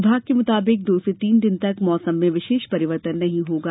विभाग के मुताबिक दो से तीन तक मौसम में विशेष परिवर्तन नहीं होगा